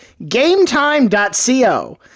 GameTime.co